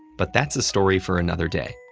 but that's a story for another day.